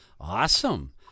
awesome